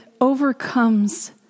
overcomes